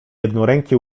jednoręki